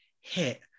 hit